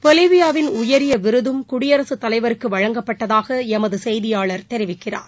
பொலிவியாவின் உயரிய விருதும் குடியரசுத் தலைவருக்கு வழங்கப்பட்டதாக எமது செய்தியாளர் தெரிவிக்கிறார்